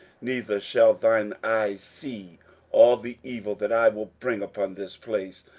neither shall thine eyes see all the evil that i will bring upon this place,